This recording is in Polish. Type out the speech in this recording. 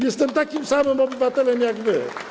Jestem takim samym obywatelem jak wy.